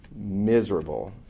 miserable